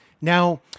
Now